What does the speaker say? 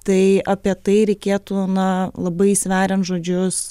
tai apie tai reikėtų na labai sveriant žodžius